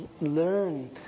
Learn